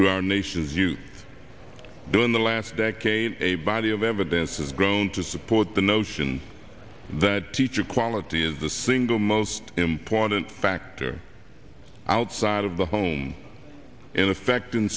to our nation's you do in the last decade a body of evidence has grown to support the notion that teacher quality is the single most important factor outside of the home in effect in